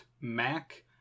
mac